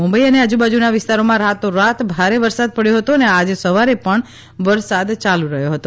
મુંબઈ અને આજુબાજુના વિસ્તારોમાં રાતોરાત ભારે વરસાદ પડ્યો હતો અને આજે સવારે પણ ચાલુ રહ્યો હતો